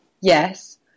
Yes